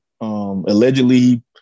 allegedly